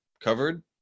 covered